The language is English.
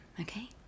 Okay